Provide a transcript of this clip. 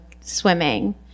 swimming